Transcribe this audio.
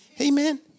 Amen